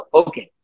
okay